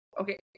Okay